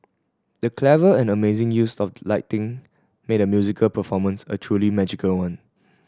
the clever and amazing use of lighting made a musical performance a truly magical one